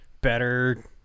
better